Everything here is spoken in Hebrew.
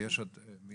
אני